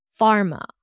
pharma